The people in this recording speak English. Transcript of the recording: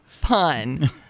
pun